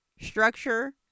structure